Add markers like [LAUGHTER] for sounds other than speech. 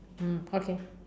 mm okay [BREATH]